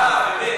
אה, באמת.